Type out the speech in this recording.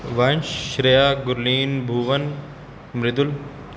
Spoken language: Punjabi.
ਵੰਸ਼ ਸ਼੍ਰੇਆ ਗੁਰਲੀਨ ਬੂਵਨ ਮ੍ਰਿਦੁਲ